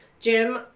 Jim